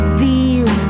feel